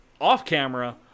off-camera